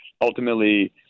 ultimately